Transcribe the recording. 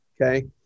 Okay